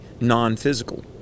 non-physical